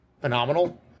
phenomenal